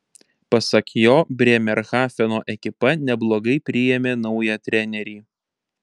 pasak jo brėmerhafeno ekipa neblogai priėmė naują trenerį